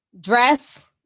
Dress